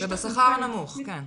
ובשכר הנמוך, כן.